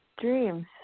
dreams